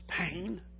pain